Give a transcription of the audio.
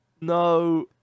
no